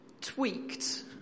tweaked